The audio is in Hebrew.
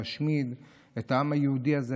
להשמיד את העם היהודי הזה,